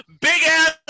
big-ass